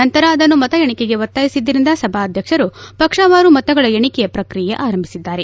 ನಂತರ ಅದನ್ನು ಮತಎಣಿಕೆಗೆ ಒತ್ತಾಯಿಸಿದ್ದರಿಂದ ಸಭಾಧ್ಯಕ್ಷರು ಪಕ್ಷವಾರು ಮತಗಳ ಎಣಿಕೆ ಪ್ರಕ್ರಿಯೆ ಆರಂಭಿಸಿದ್ದಾರೆ